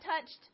touched